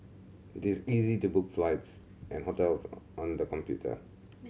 it is easy to book flights and hotels on on the computer